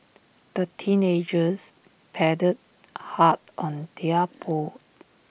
the teenagers paddled hard on their boat